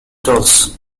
dolls